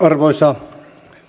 arvoisa